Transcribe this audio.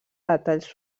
detalls